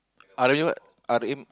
ah then what R_M